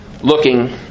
looking